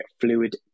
fluid